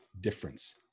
difference